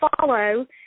follow